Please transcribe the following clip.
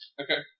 okay